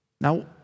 Now